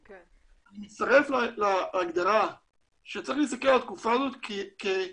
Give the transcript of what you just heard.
אני מצטרף להגדרה שצריך להסתכל על התקופה הזאת כהזדמנות,